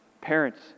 Parents